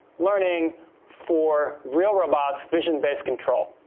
learning for real robots vision-based control